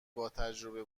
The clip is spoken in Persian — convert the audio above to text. باتجربه